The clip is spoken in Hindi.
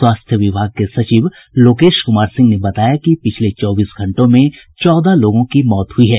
स्वास्थ्य विभाग के सचिव लोकेश कुमार सिंह ने बताया कि पिछले चौबीस घंटों में चौदह लोगों की मौत हुई है